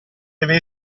deve